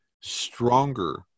stronger